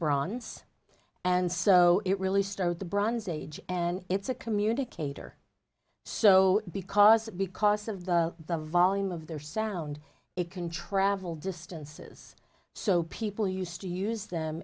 bronze and so it really started the bronze age and it's a communicator so because because of the volume of their sound it can travel distances so people used to use them